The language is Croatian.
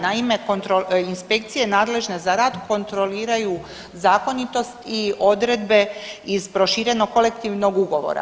Naime, inspekcije nadležne za rad kontroliraju zakonitost i odredbe iz proširenog kolektivnog ugovora.